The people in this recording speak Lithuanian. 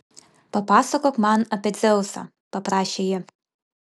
papasakok man apie dzeusą paprašė ji